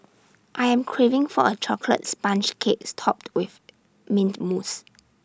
I am craving for A chocolate sponge cakes topped with Mint Mousse